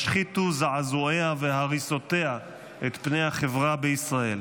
ישחיתו זעזועיה והריסותיה את פני החברה בישראל,